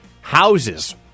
Houses